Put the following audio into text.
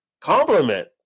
compliment